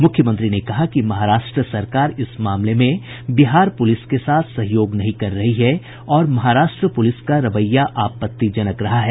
मुख्यमंत्री ने कहा कि महाराष्ट्र सरकार इस मामले में बिहार पुलिस के साथ सहयोग नहीं कर रही है और महाराष्ट्र पुलिस का रवैया आपत्तिजनक रहा है